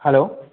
hello